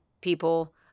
people